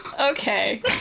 Okay